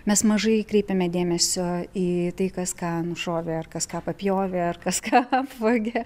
mes mažai kreipėme dėmesio į tai kas ką nušovė ar kas ką papjovė ar kas ką apvogė